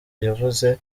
yavuze